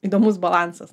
įdomus balansas